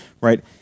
right